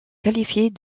qualifiées